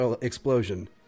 explosion